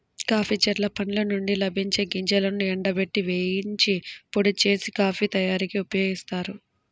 coffee చెట్ల పండ్ల నుండి లభించే గింజలను ఎండబెట్టి, వేగించి, పొడి చేసి, కాఫీ తయారీకి ఉపయోగిస్తారు